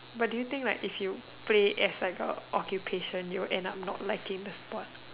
but do you think like if you play as like a occupation you will end up not liking the sport